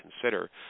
consider